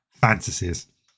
fantasies